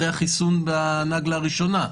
אחרי החיסון בנגלה הראשונה,